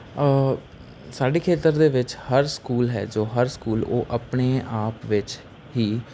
ਸਾਡੇ ਖੇਤਰ ਦੇ ਵਿੱਚ ਹਰ ਸਕੂਲ ਹੈ ਜੋ ਹਰ ਸਕੂਲ ਉਹ ਆਪਣੇ ਆਪ ਵਿੱਚ ਹੀ